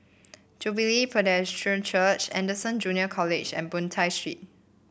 Jubilee Presbyterian Church Anderson Junior College and Boon Tat Street